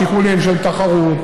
משיקולים של תחרות,